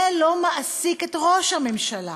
זה לא מעסיק את ראש הממשלה.